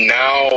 now